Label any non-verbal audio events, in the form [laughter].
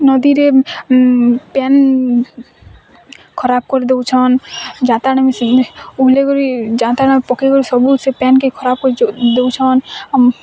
ନଦୀରେ ପ୍ୟାନ୍ ଖରାପ କରି ଦଉଛନ୍ ଜାତାଣ ମିଶିକି [unintelligible] ବି ଜାତାଣ ପକେଇଦୋଉ ସବୁ ସେ ପ୍ୟାନ୍ କେ ଖରାପ୍ କରୁଚ ଦଉଛନ୍ ଆମ୍